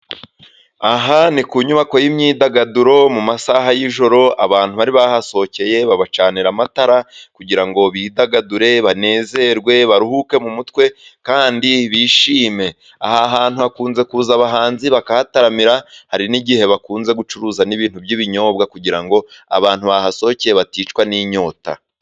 Aha ni ku nyubako y'imyidagaduro mu masaha y'ijoro. Abantu bari bahasohokeye babacanira amatara kugira ngo bidagadure banezerwe, baruhuke mu mutwe, kandi bishime. Aha hantu hakunze kuza abahanzi bakahataramira, hari n'igihe bakunze gucuruza n'ibintu by'ibinyobwa kugira ngo abantu bahasohokeye baticwa n'inyota.